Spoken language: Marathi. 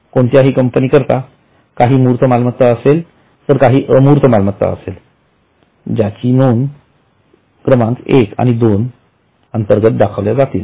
कोणत्याही कंपनी करिता काही मूर्त मालमत्ता असेल तर काही अमूर्त मालमत्ता असतील ज्या कि नोंद क्रमांक १ आणि २ अंतर्गत दाखविल्या जातील